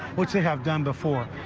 which they have done before.